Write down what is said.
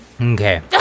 Okay